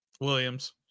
Williams